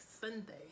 Sunday